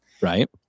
Right